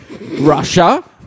Russia